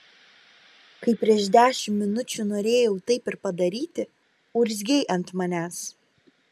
kai prieš dešimt minučių norėjau taip ir padaryti urzgei ant manęs